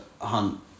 hunt